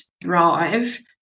drive